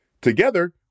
Together